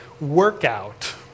workout